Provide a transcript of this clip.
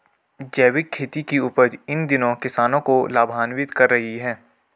जैविक खेती की उपज इन दिनों किसानों को लाभान्वित कर रही है